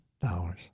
dollars